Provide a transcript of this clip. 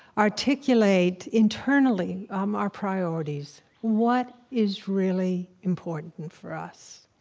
articulate, internally, um our priorities, what is really important for us.